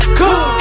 cool